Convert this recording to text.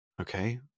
Okay